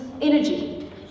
energy